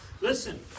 Listen